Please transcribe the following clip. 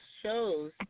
shows